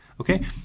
okay